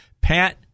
Pat